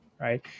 Right